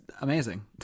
amazing